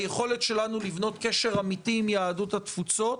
היכולת שלנו לבנות קשר אמיתי עם יהדות התפוצות